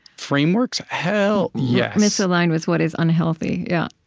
frameworks? hell, yes misaligned with what is unhealthy, yeah